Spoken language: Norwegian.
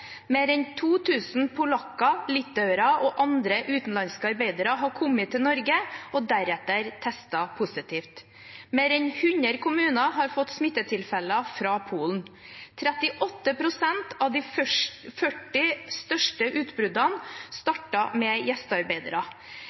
Mer enn 2 000 polakker, litauere og andre utenlandske arbeidere har kommet til Norge og deretter testet positivt. Mer enn hundre kommuner har fått smittetilfeller fra Polen. 38 pst. av de 40 største utbruddene startet med gjestearbeidere.